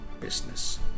business